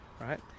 right